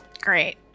Great